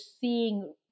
seeing